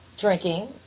drinking